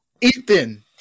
Ethan